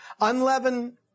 unleavened